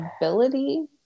ability